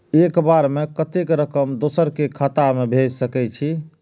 एक बार में कतेक रकम दोसर के खाता में भेज सकेछी?